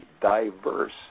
diverse